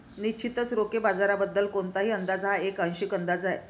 निश्चितच रोखे बाजाराबद्दल कोणताही अंदाज हा एक आंशिक अंदाज आहे